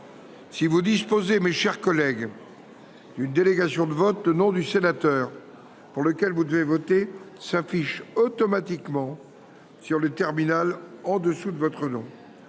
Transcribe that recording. Si vous disposez d’une délégation de vote, le nom du sénateur pour lequel vous devez voter s’affiche automatiquement sur le terminal en dessous de votre nom.